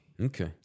Okay